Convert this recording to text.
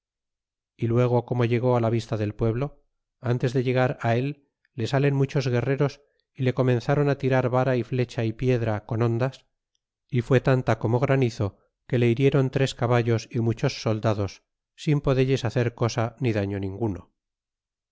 y luego como llegó á vista del pueblo ntes de llegar á el le salen muchos guerreros y le comenzron a tirar vara y flecha y piedra con hondas y fu ó tanta como granizo que le hirieron tres caballos y muchos soldados sin podelles hacer cosa ni dallo ninguno